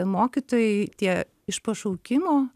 mokytojai tie iš pašaukimo